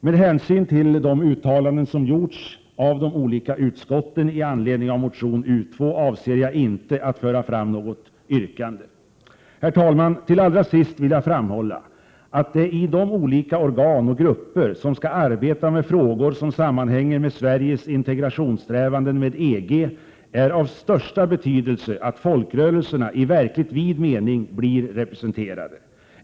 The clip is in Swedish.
Med hänsyn till de uttalanden som gjorts av de olika utskotten med anledning av motion U2 avser jag inte att föra fram något yrkande. Herr talman! Allra sist vill jag framhålla att det i de olika organ och grupper som skall arbeta med frågor som sammanhänger med Sveriges integrationssträvanden när det gäller EG är av största betydelse att folkrörelserna i verkligt vid mening blir representerade.